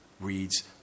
reads